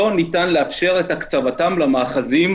לא ניתן לאפשר את הקצבתם למאחזים,